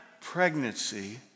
pregnancy